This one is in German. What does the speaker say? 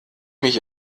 mich